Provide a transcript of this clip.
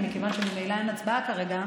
ומכיוון שממילא אין הצבעה כרגע,